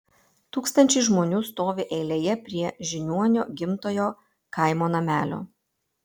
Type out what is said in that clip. tūkstančiai žmonių stovi eilėje prie žiniuonio gimtojo kaimo namelio